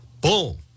boom